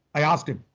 i asked him.